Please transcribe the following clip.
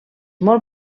molt